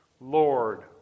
Lord